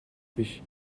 биш